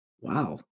Wow